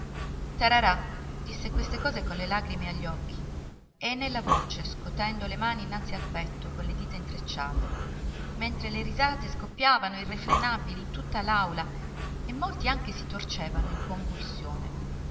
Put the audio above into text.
tararà disse queste cose con le lagrime agli occhi e nella voce scotendo le mani innanzi al petto con le dita intrecciate mentre le risate scoppiavano irrefrenabili in tutta l'aula e molti anche si torcevano in convulsione